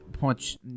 punch